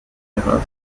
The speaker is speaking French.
terrain